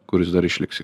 kuris dar išliks